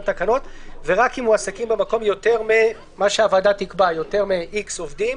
תקנות ורק אם מועסקים במקום יותר מ-___ עובדים,